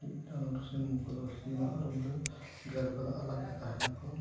ᱢᱤᱫᱴᱟᱝ ᱥᱤᱢ ᱠᱚᱫᱚ ᱥᱤᱢᱟᱜ ᱨᱩᱢ ᱨᱮ ᱜᱮᱰᱮ ᱠᱚᱫᱚ ᱟᱞᱟᱠ ᱠᱚ ᱛᱟᱦᱮᱱᱟᱠᱚ